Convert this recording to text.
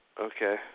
Okay